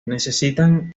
necesitan